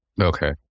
Okay